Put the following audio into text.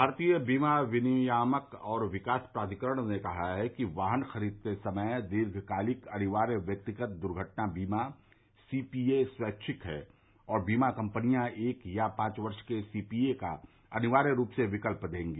भारतीय बीमा विनियामक और विकास प्राविकरण ने कहा है कि वाहन खरीदते समय दीर्घकालिक अनिवार्य व्यक्तिगत दर्घटना बीमा सीपीए स्वैच्छिक है और बीमा कम्पनियां एक वर्ष या पांच वर्ष के सीपीए का अनिवार्य रूप से विकल्प देंगी